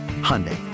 Hyundai